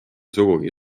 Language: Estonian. sugugi